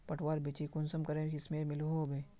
पटवार बिच्ची कुंसम करे किस्मेर मिलोहो होबे?